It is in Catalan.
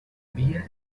via